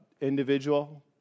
individual